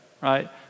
right